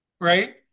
right